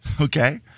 okay